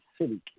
City